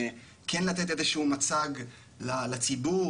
כן לתת איזה שהוא מצג לציבור,